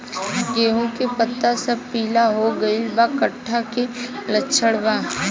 गेहूं के पता सब पीला हो गइल बा कट्ठा के लक्षण बा?